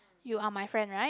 you are my friend right